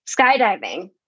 skydiving